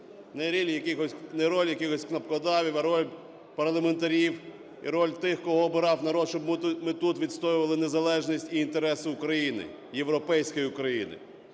не роль якихось кнопкодавів, а роль парламентарів і роль тих, кого обирав народ, щоб ми тут відстоювали незалежність і інтереси України, європейської України.